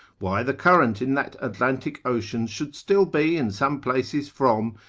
why the current in that atlantic ocean should still be in some places from,